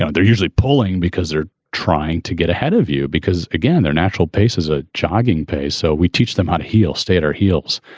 ah they're usually pulling because they're trying. to get ahead of you, because, again, their natural pace is a jogging pace. so we teach them how to heel state our heels.